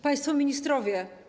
Państwo Ministrowie!